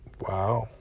wow